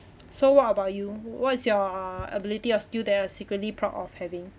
so what about you what's your ability or skill that you are secretly proud of having